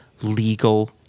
legal